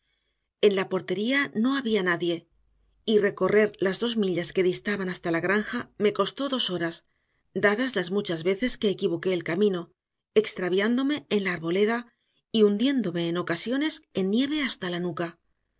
en la portería no había nadie y recorrer las dos millas que distaban hasta la granja me costó dos horas dadas las muchas veces que equivoqué el camino extraviándome en la arboleda y hundiéndome en ocasiones en nieve hasta la nuca